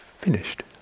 finished